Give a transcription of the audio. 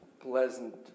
Pleasant